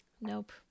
Nope